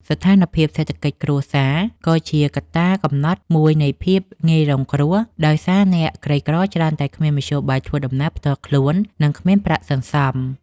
ស្ថានភាពសេដ្ឋកិច្ចគ្រួសារក៏ជាកត្តាកំណត់មួយនៃភាពងាយរងគ្រោះ ដោយសារអ្នកក្រីក្រច្រើនតែគ្មានមធ្យោបាយធ្វើដំណើរផ្ទាល់ខ្លួន និងគ្មានប្រាក់សន្សំ។